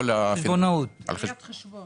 ראיית חשבון.